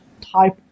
type